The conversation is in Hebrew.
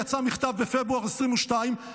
בפברואר 2022,